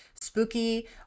spooky